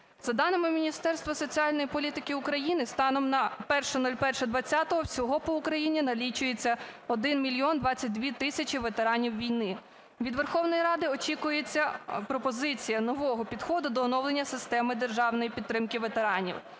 За даними Міністерства соціальної політики України, станом на 01.01.2020 всього по Україні налічується 1 мільйон 22 тисячі ветеранів війни. Від Верховної Ради очікується пропозиція нового підходу до оновлення системи державної підтримки ветеранів.